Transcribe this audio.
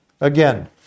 again